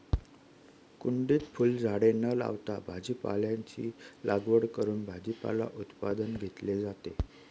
कुंडीत फुलझाडे न लावता भाजीपाल्याची लागवड करून भाजीपाला उत्पादन घेतले जाते